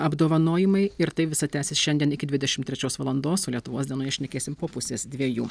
apdovanojimai ir tai visa tęsis šiandien iki dvidešimt trečios valandos lietuvos dienoje šnekėsim po pusės dviejų